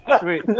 Sweet